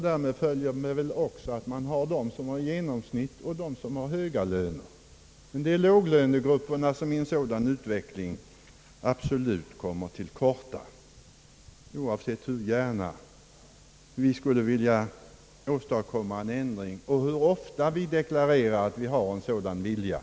Därmed följer väl också att man har grupper med genomsnittslöner och grupper som har höga löner. Det är låglönegrupperna som i en sådan utveckling absolut kommer till korta, hur gärna vi än skulle vilja åstadkomma en ändring och hur ofta vi än deklarerar att vi har en så dan vilja.